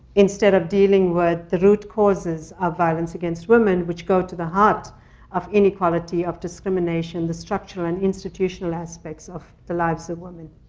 instead of dealing with the root causes of violence against women, which go to the heart of inequality, of discrimination, the structural and institutional aspects of the lives of women.